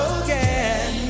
again